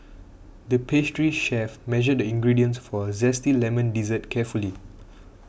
the pastry chef measured the ingredients for a Zesty Lemon Dessert carefully